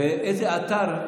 ואיזה אתר,